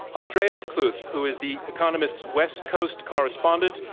andreas kluth, who is the economist's west coast correspondent.